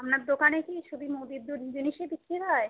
আপনার দোকানে কি শুধু মুদির দু জিনিসই বিক্রি হয়